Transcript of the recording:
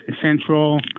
central